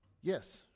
Yes